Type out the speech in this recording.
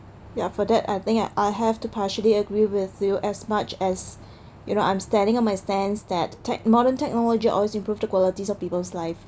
yeah for that I think I I have to partially agree with you as much as you know I am standing on my stands that tech modern technology always improve the qualities of people's live